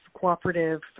cooperative